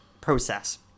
process